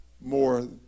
more